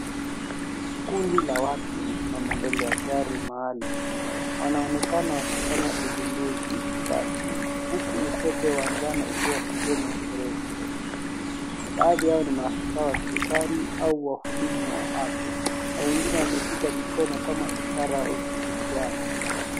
Kundi la watu limesimama mbele ya gari maalum. Wanaonekana wakifanya uzinduzi rasmi huku utepe wa njano ukiwa sehemu ya sherehe hiyo. Baadhi yao ni maafisa wa serikali au wahuduma wa afya na wengine wameshika mikono kama ishara ya ushirikiano.